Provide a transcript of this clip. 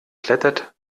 klettert